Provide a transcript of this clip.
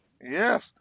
Yes